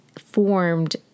formed